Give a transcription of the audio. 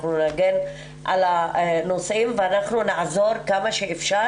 אנחנו נגן על הנושאים ואנחנו נעזור כמה שאפשר